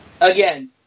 Again